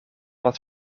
dat